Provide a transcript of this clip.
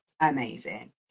amazing